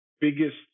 biggest